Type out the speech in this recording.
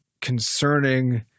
concerning